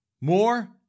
more